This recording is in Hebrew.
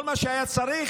כל מה שהיה צריך,